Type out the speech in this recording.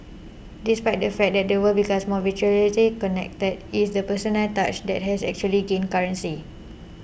despite the fact that the world becomes more virtually connected is the personal touch that has actually gained currency